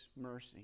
mercy